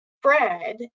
Fred